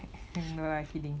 no lah kidding